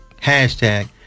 Hashtag